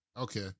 Okay